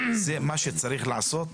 זה מה שצריך לעשות.